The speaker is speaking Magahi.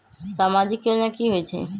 समाजिक योजना की होई छई?